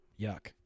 yuck